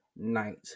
night